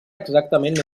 exactament